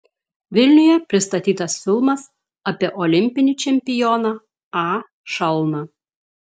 vilniuje pristatytas filmas apie olimpinį čempioną a šalną